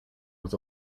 was